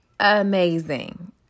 Amazing